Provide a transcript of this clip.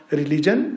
religion